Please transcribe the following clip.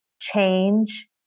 change